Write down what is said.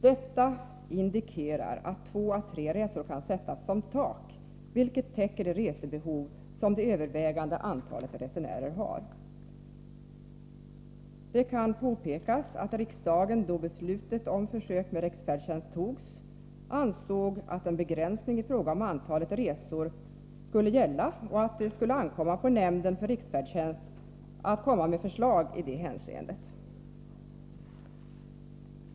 Detta indikerar att två å tre resor kan sättas som ”tak”, vilket täcker det resebehov som det övervägande antalet resenärer har. Det kan påpekas att riksdagen, då beslutet om försök med riksfärdtjänst fattades, ansåg att en begränsning i fråga om antalet resor skulle gälla och att det skulle ankomma på nämnden för riksfärdtjänst att lägga fram förslag i det hänseendet.